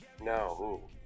No